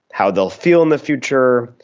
how they will feel in the future,